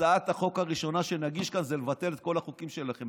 הצעת החוק הראשונה שנגיש כאן זה לבטל את כל החוקים שלם,